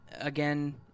Again